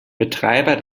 betreiber